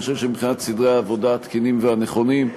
אבל אני חושב שמבחינת סדרי העבודה התקינים והנכונים,